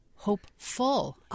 hopeful